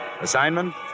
Assignment